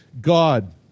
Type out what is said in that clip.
God